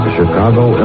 Chicago